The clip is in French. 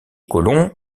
colons